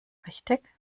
richtig